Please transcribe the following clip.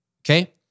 Okay